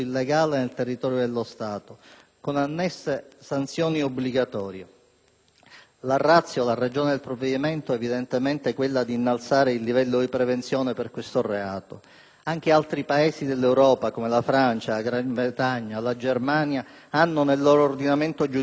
La *ratio* del provvedimento è evidentemente quella di innalzare il livello di prevenzione per questo reato. Anche altri Paesi europei (come la Francia, la Gran Bretagna, la Germania) hanno nel proprio ordinamento giudiziario questa norma e sono Paesi che prima di noi hanno dovuto affrontare questi problemi.